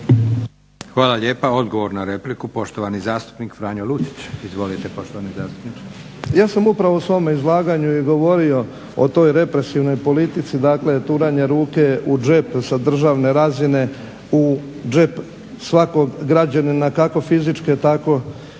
Hvala lijepa. Odgovor na repliku poštovani zastupnik Franjo Lucić. **Lucić, Franjo (HDZ)** Ja sam upravo u svom izlaganju i govorio o toj represivnoj politici dakle turanje ruke u džep sa državne razine u džep svakog građanina kako fizičke tako